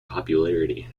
popularity